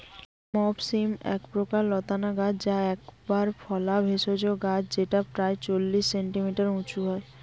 মথ শিম এক লতানা গাছ যা একবার ফলা ভেষজ গাছ যেটা প্রায় চল্লিশ সেন্টিমিটার উঁচু হয়